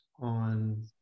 on